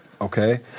Okay